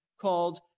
called